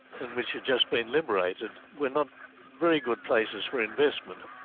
and which had just been liberated, were not very good places for investment.